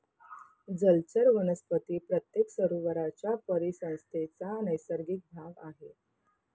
जलचर वनस्पती प्रत्येक सरोवराच्या परिसंस्थेचा नैसर्गिक भाग आहेत